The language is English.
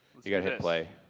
you gotta hit play.